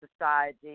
Society